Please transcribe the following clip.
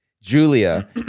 Julia